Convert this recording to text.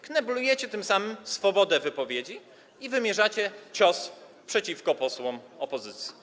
Kneblujecie tym samym swobodę wypowiedzi i wymierzacie cios posłom opozycji.